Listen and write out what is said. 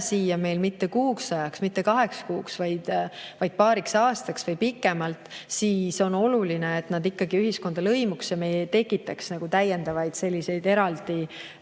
siia meil mitte kuuks ajaks, mitte kaheks kuuks, vaid paariks aastaks või pikemalt, siis on oluline, et nad ikkagi ühiskonda lõimuks ja me ei tekitaks eraldi